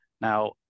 Now